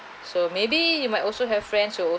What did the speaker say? so maybe you might also have friends who